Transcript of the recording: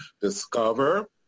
discover